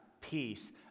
peace